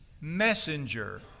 messenger